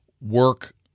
work